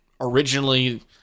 originally